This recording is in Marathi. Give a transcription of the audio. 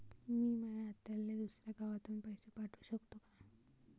मी माया आत्याले दुसऱ्या गावातून पैसे पाठू शकतो का?